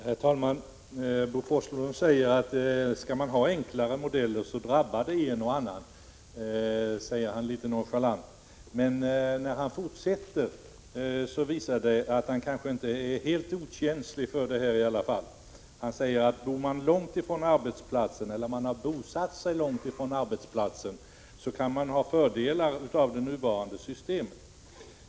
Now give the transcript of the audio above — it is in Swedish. Herr talman! Bo Forslund sade litet nonchalant att om man skall ha enklare modeller, så drabbar det en och annan. Men när han fortsatte sitt anförande visade det sig att han trots allt inte är helt okänslig för detta. Han sade nämligen att om man har bosatt sig långt ifrån arbetsplatsen kan man ha fördelar av det nuvarande systemet.